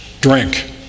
drink